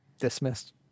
Dismissed